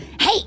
Hey